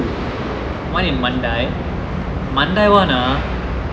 one in mandai mandai one ah